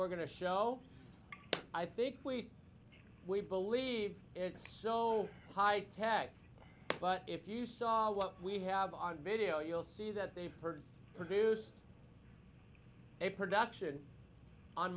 we're going to show i think we we believe it's high tech but if you saw what we have on video you'll see that they've heard produce a production on